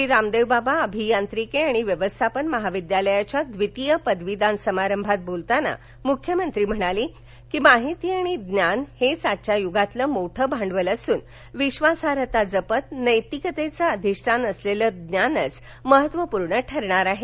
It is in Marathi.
श्री रामदेवबाबा अभियांत्रिकी आणि व्यवस्थापन महाविद्यालयाच्या द्वितीय पदवीदान समारंभात बोलताना मुख्यमंत्री म्हणाले माहिती आणि ज्ञान हेच आजच्या युगातील मोठे भांडवल असून विश्वासार्हता जपत नैतिकतेचे अधिष्ठान असलेले ज्ञानच महत्त्वपूर्ण ठरणार आहे